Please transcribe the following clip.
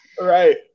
Right